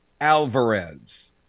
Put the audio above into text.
Alvarez